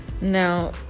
Now